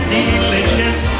delicious